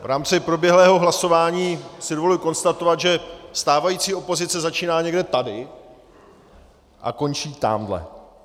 V rámci proběhlého hlasování si dovoluji konstatovat, že stávající opozice začíná někde tady a končí tamhle .